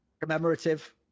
commemorative